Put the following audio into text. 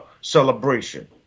celebration